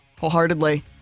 wholeheartedly